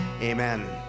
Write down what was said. Amen